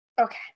Okay